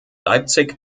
leipzig